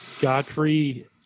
godfrey